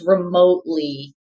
remotely